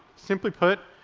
simply put,